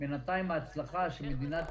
אני לא יודע מה זה לחיות את המצוקה של העצמאים,